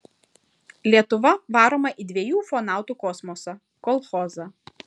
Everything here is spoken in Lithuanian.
lietuva varoma į dviejų ufonautų kosmosą kolchozą